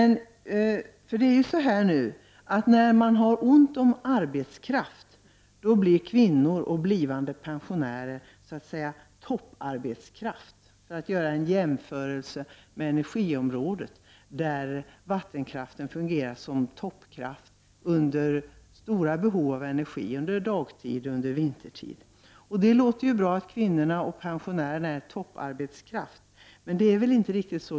När det är ont om arbetskraft blir kvinnor och blivande pensionärer s.k. topparbetskraft. Om man jämför med energiområdet fungerar vattenkraften som toppkraft vid perioder då det råder stort behov av energi, t.ex. under dagtid och vintertid. Det kan ju låta bra att kvinnorna och pensionärerna är topparbetskraft. Men det är inte riktigt så.